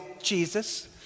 Jesus